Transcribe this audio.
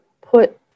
put